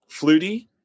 Flutie